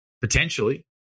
potentially